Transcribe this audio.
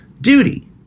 duty